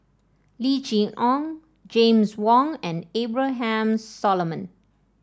Lim Chee Onn James Wong and Abraham Solomon